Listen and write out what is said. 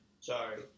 Sorry